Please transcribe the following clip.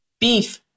beef